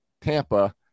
Tampa